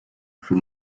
from